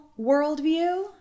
worldview